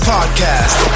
Podcast